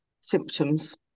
symptoms